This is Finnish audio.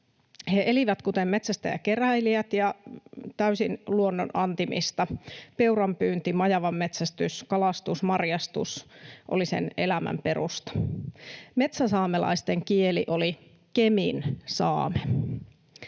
He elivät kuten metsästäjä-keräilijät ja täysin luonnonantimista. Peuranpyynti, majavan metsästys, kalastus, marjastus oli sen elämän perusta. Metsäsaamelaisten kieli oli keminsaame.